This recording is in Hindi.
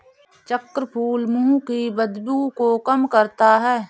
चक्रफूल मुंह की बदबू को कम करता है